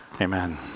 Amen